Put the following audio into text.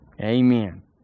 Amen